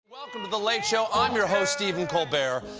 welcome to the late show. i'm your host stephen colbert.